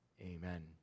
Amen